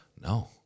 no